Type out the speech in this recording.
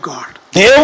God